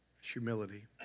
humility